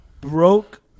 Broke